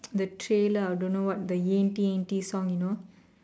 the trailer I don't know what the yenti yenti song you know